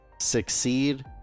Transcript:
succeed